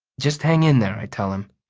just hang in there, i tell him,